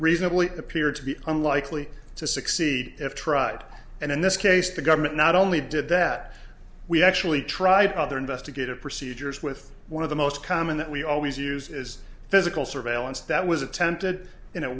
reasonably appeared to be unlikely to succeed if tried and in this case the government not only did that we actually tried other investigative procedures with one of the most common that we always use is physical surveillance that was attempted